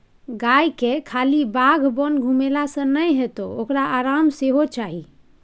गायके खाली बाध बोन घुमेले सँ नै हेतौ ओकरा आराम सेहो चाही